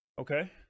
okay